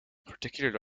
particularly